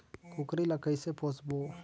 कूकरी ला कइसे पोसबो?